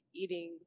eating